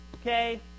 Okay